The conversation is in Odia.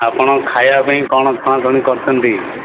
ଆପଣଙ୍କ ଖାଇବା ପାଇଁ କ'ଣ ଛଣାଛଣି କରୁଛନ୍ତି